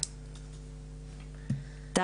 שלום,